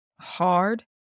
hard